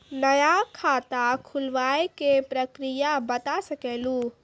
नया खाता खुलवाए के प्रक्रिया बता सके लू?